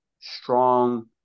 strong